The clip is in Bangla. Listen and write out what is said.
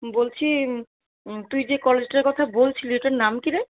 বলছি তুই যে কলেজটার কথা বলছিলিস ওটার নাম কী রে